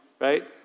right